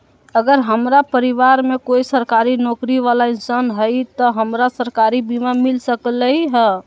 अगर हमरा परिवार में कोई सरकारी नौकरी बाला इंसान हई त हमरा सरकारी बीमा मिल सकलई ह?